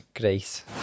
Grace